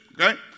Okay